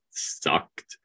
sucked